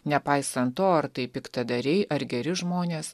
nepaisant to ar tai piktadariai ar geri žmonės